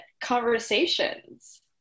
conversations